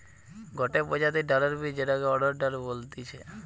গটে প্রজাতির ডালের বীজ যেটাকে অড়হর ডাল বলতিছে